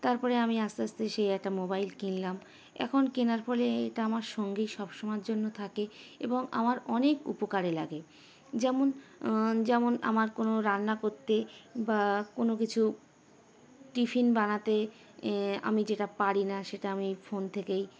তারপরে আমি আস্তে আস্তে সেই একটা মোবাইল কিনলাম এখন কেনার ফলে এটা আমার সঙ্গে সব সময়ের জন্য থাকে এবং আমার অনেক উপকারে লাগে যেমন যেমন আমার কোনো রান্না করতে বা কোনো কিছু টিফিন বানাতে আমি যেটা পারি না সেটা আমি ফোন থেকেই